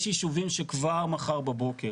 יש ישובים שכבר מחר בבוקר,